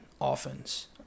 offense